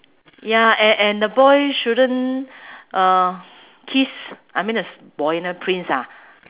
ya and and the boy shouldn't uh kiss I mean the s~ boy the prince ah